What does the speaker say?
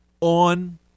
on